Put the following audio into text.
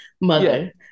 mother